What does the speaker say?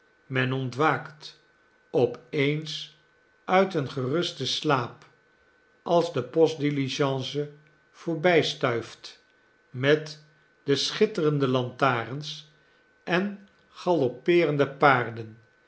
men ontwaakt op eens uit een gerusten slaap als de postdiligence voorbijstuift met de schitterende lantarens en galoppeerende paarden